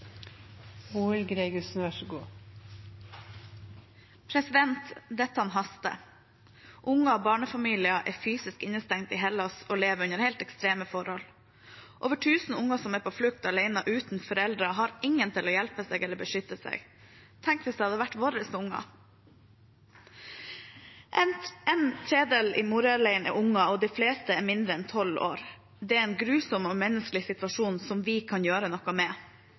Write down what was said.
fysisk innestengt i Hellas og lever under helt ekstreme forhold. Over 1 000 unger som er på flukt alene uten foreldre, har ingen til å hjelpe seg eller beskytte seg – tenk om det hadde vært våre unger. En tredel i Moria-leiren er unger, og de fleste er yngre enn 12 år. Det er en grusom og umenneskelig situasjon, som vi kan gjøre noe med.